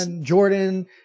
Jordan